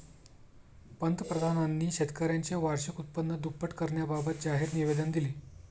पंतप्रधानांनी शेतकऱ्यांचे वार्षिक उत्पन्न दुप्पट करण्याबाबत जाहीर निवेदन दिले